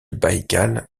baïkal